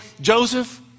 Joseph